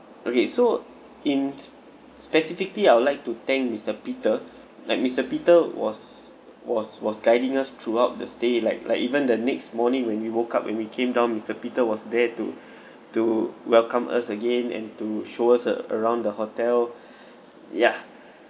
okay so in specifically I would like to thank mister peter like mister peter was was was guiding us throughout the stay like like even the next morning when we woke up when we came down mister peter was there to to welcome us again and to show us ar~ around the hotel ya